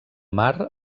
mar